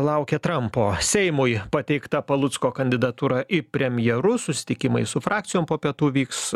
laukia trampo seimui pateikta palucko kandidatūrą į premjerus susitikimai su frakcijom po pietų vyks